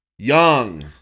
Young